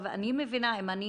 אני מבינה שאם אני